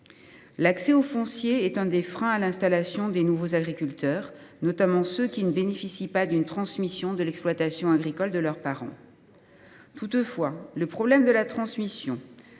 L’accès au foncier est l’un des freins à l’installation de nouveaux agriculteurs, notamment de ceux qui ne bénéficient pas d’une transmission de l’exploitation agricole de leurs parents. Toutefois, le problème de la transmission